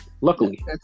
Luckily